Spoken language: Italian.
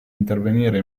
intervenire